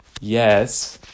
yes